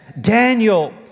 Daniel